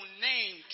name